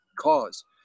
cause